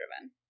driven